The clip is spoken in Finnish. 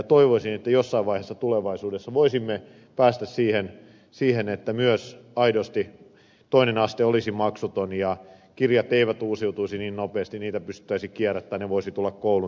toivoisin että jossain vaiheessa tulevaisuudessa voisimme päästä siihen että myös toinen aste olisi aidosti maksuton ja kirjat eivät uusiutuisi niin nopeasti niitä pystyttäisiin kierrättämään ne voisivat tulla koulun puolelta